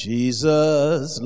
Jesus